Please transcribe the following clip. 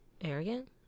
arrogant